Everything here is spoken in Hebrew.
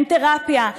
אין תרפיה.